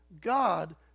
God